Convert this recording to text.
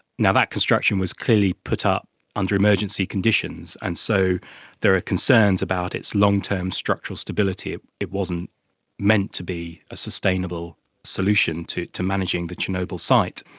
and that construction was clearly put up under emergency conditions, and so there are concerns about its long-term structural stability. it wasn't meant to be a sustainable solution to to managing the chernobyl site.